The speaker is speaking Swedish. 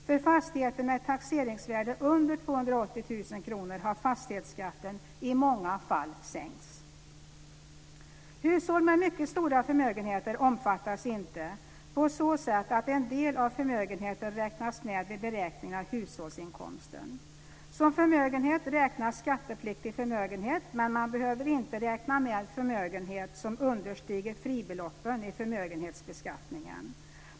För fastigheter med ett taxeringsvärde under 280 000 kr har fastighetsskatten i många fall sänkts. Hushåll med mycket stora förmögenheter omfattas inte, på så sätt att en del av förmögenheten räknas med vid beräkningen av hushållsinkomsten. Som förmögenhet räknas skattepliktig förmögenhet, men man behöver inte räkna med förmögenhet som understiger fribeloppen i förmögenhetsbeskattningen.